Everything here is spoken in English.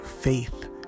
faith